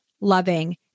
loving